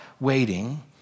waiting